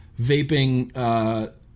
vaping